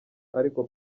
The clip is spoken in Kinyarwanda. ariko